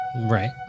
right